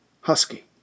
Husky